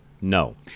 No